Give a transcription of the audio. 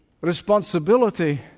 Responsibility